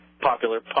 popular